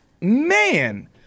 Man